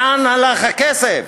לאן הלך הכסף,